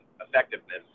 effectiveness